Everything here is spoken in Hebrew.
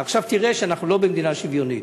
עכשיו תראה שאנחנו לא במדינה שוויונית.